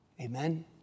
Amen